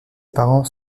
parents